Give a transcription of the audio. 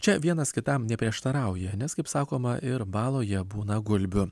čia vienas kitam neprieštarauja nes kaip sakoma ir baloje būna gulbių